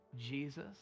Jesus